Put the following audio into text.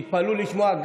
תתפלאו לשמוע,